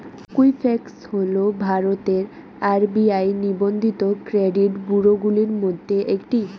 Equifax হল ভারতের RBI নিবন্ধিত ক্রেডিট ব্যুরোগুলির মধ্যে একটি